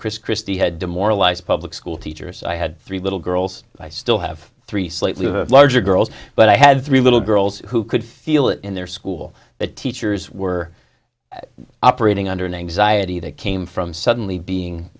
chris christie had demoralized public school teachers i had three little girls i still have three slightly larger girls but i had three little girls who could feel it in their school the teachers were operating under an anxiety that came from suddenly being